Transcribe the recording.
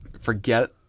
forget